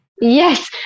Yes